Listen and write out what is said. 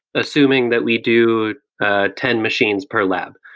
assuming that we do ah ten machines per lab.